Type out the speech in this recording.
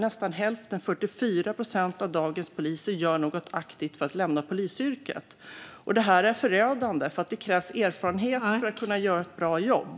Nästan hälften, 44 procent, av dagens poliser gör något aktivt för att lämna polisyrket. Detta är förödande, för det krävs erfarenhet för att kunna göra ett bra jobb.